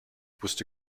wusste